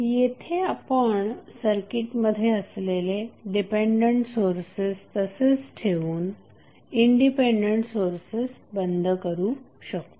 येथे आपण सर्किटमध्ये असलेले डिपेंडंट सोर्सेस तसेच ठेवून इंडिपेंडेंट सोर्सेस बंद करू शकतो